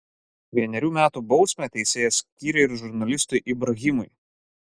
vienerių metų bausmę teisėjas skyrė ir žurnalistui ibrahimui